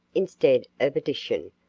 instead of addition.